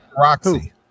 roxy